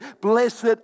blessed